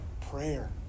prayer